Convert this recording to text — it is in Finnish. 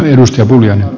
arvoisa puhemies